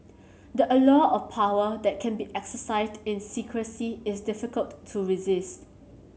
the allure of power that can be exercised in secrecy is difficult to resist